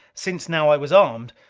since now i was armed,